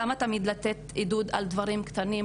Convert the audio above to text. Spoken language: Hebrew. למה תמיד לתת עידוד על דברים קטנים?